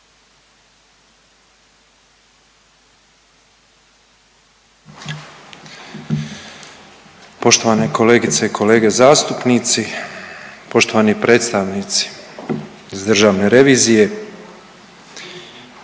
Poštovane kolegice i kolege zastupnici, poštovani predstavnici iz Državne revizije.